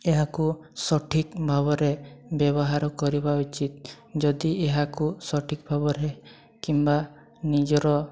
ଏହାକୁ ସଠିକ୍ ଭାବରେ ବ୍ୟବହାର କରିବା ଉଚିତ୍ ଯଦି ଏହାକୁ ସଠିକ୍ ଭାବରେ କିମ୍ବା ନିଜର